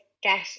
get